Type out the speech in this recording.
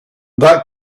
that